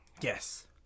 Yes